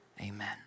amen